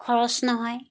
খৰচ নহয়